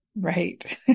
Right